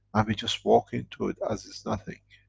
and we just walk into it as it's nothing,